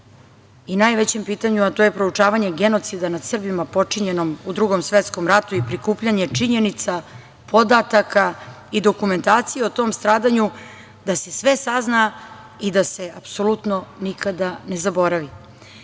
i najvećem pitanju, a to je proučavanje genocida nad Srbima počinjenom u Drugom svetskom ratu i prikupljanje činjenica, podataka i dokumentacije o tom stradanju, da se sve sazna i da se apsolutno nikada ne zaboravi.